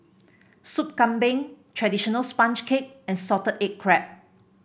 Soup Kambing traditional sponge cake and Salted Egg Crab